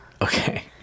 Okay